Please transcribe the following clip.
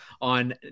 on